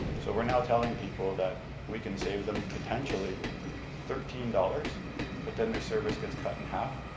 so we're now telling people that we can save them potentially thirteen dollars but then their service gets cut in half?